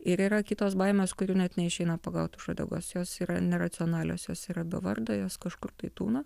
ir yra kitos baimės kurių net neišeina pagaut už uodegos jos yra neracionalios jos yra be vardo jos kažkur tai tūno